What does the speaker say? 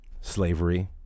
Slavery